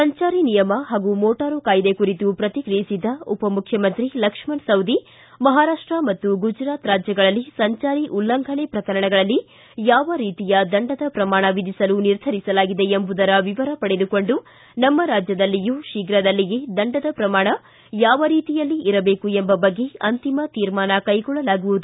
ಸಂಚಾರಿ ನಿಯಮ ಹಾಗೂ ಮೋಟಾರು ಕಾಯ್ದೆ ಕುರಿತು ಪ್ರತಿಕ್ರಿಯಿಸಿದ ಉಪಮುಖ್ಜಮಂತ್ರಿ ಲಕ್ಷ್ಣ ಸವದಿ ಮಹಾರಾಷ್ಟ ಮತ್ತು ಗುಜರಾತ್ ರಾಜ್ಯಗಳಲ್ಲಿ ಸಂಚಾರಿ ಉಲ್ಲಂಘನೆ ಪ್ರಕರಣಗಳಲ್ಲಿ ಯಾವ ರೀತಿಯ ದಂಡದ ಪ್ರಮಾಣ ವಿಧಿಸಲು ನಿರ್ಧರಿಸಲಾಗಿದೆ ಎಂಬುದರ ವಿವರ ಪಡೆದುಕೊಂಡು ನಮ್ನ ರಾಜ್ಯದಲ್ಲಿಯೂ ಶೀಘದಲ್ಲಿಯೇ ದಂಡದ ಶ್ರಮಾಣ ಯಾವ ರೀತಿಯಲ್ಲಿ ಇರದೇಕು ಎಂಬ ಬಗ್ಗೆ ಅಂತಿಮ ತೀರ್ಮಾನ ಕೈಗೊಳ್ಳಲಾಗುವುದು